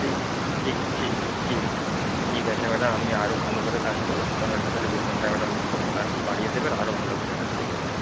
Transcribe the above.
ঠিক ঠিক ঠিক ঠিক ঠিক আছে ম্যাডাম আমি আরও ভালো করে কাজ করব শুধু আমার একটু থালে বেতনটা ম্যাডাম বাড়িয়ে দেবেন আরও ভালো করে কাজ করব ম্যাডাম